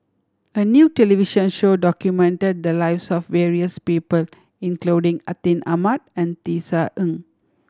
a new television show documented the lives of various people including Atin Amat and Tisa Ng